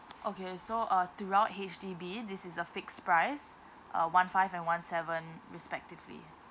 okay so uh throughout H_D_B this is a fixed price uh one five and one seven respectively